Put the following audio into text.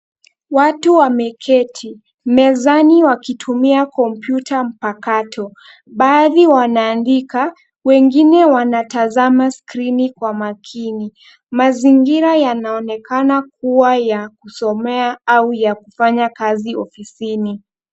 Watu wameketi mezani wakitumia kompyuta mpakato . Baadhi wanaandika, wengine wanatazama skrini kwa makini. Mazingira yanaonekana kuwa ya kusomea au ya kufanya kazi ofisini.